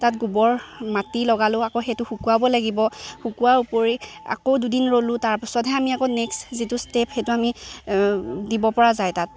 তাত গোবৰ মাটি লগালোঁ আকৌ সেইটো শুকোৱাব লাগিব শুকুৱাৰ উপৰি আকৌ দুদিন ৰ'লোঁ তাৰ পাছতহে আমি আকৌ নেক্সট যিটো ষ্টেপ সেইটো আমি দিব পৰা যায় তাত